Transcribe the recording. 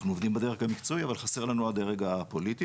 אנחנו עובדים בדרג המקצועי אבל חסר לנו הדרג הפוליטי.